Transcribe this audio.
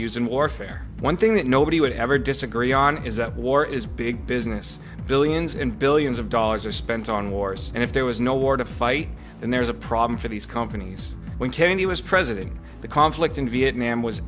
used in warfare one thing that nobody would ever disagree on is that war is big business billions and billions of dollars are spent on wars and if there was no war to fight and there is a problem for these companies when kennedy was president the conflict in viet nam was